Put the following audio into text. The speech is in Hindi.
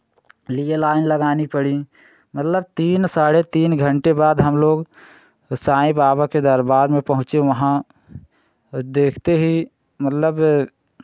लिए लाइन लगानी पड़ी मतलब तीन साढ़े तीन घंटे बाद हम लोग वो साईं बाबा के दरबार में पहुँचे वहाँ और देखते ही मतलब